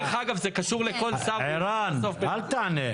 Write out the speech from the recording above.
אל תענה.